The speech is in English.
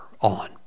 on